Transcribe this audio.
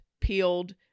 peeled